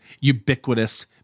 ubiquitous